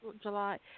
July